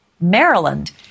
Maryland